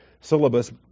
syllabus